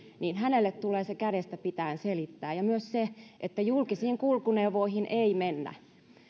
tulee se kädestä pitäen selittää ja myös se että julkisiin kulkuneuvoihin ei mennä